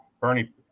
Bernie